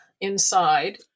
inside